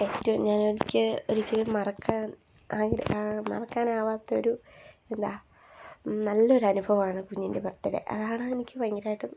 ഏറ്റവും ഞാൻ എടുത്ത് ഒരിക്കലും മറക്കാൻ മറക്കാൻ ആവാത്തൊരു എന്താ നല്ലൊരു അനുഭവം ആണ് കുഞ്ഞിൻ്റെ ബർത്ത് ഡേ അതാണ് എനിക്ക് ഭയങ്കരമായിട്ടും